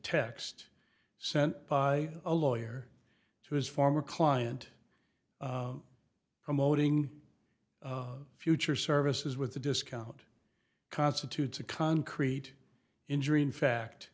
text sent by a lawyer to his former client promoting future services with the discount constitutes a concrete injury in